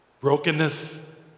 Brokenness